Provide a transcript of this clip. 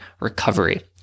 recovery